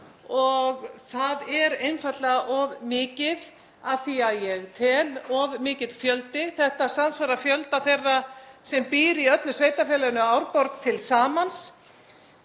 Það er einfaldlega of mikið að því ég tel, of mikill fjöldi. Þetta samsvarar fjölda þeirra sem býr í öllu Sveitarfélaginu Árborg til samans.